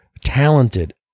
talented